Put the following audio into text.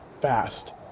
fast